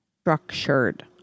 structured